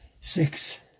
six